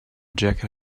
jacket